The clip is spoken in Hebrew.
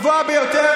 זה הרבה,